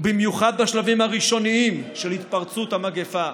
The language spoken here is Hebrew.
ובייחוד בשלבים הראשוניים של התפרצות המגפה,